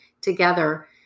together